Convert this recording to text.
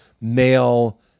male